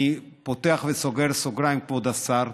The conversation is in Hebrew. אני פותח וסוגר סוגריים, כבוד השר: